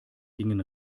gingen